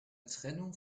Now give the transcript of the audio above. trennung